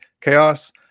chaos